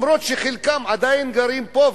אפילו שחלקם עדיין גרים פה,